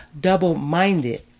double-minded